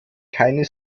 keine